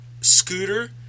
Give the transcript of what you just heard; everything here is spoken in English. scooter